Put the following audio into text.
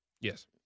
Yes